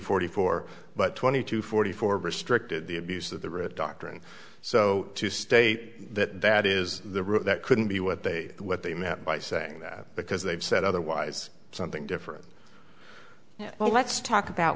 forty four but twenty two forty four restricted the abuse of the writ doctrine so to state that that is the route that couldn't be what they what they meant by saying that because they've said otherwise something different well let's talk about